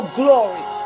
glory